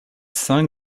cinq